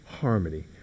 harmony